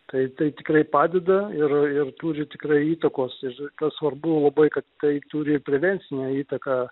tai tai tikrai padeda ir ir turi tikrai įtakos ir kas svarbu labai kad tai turi prevencinę įtaką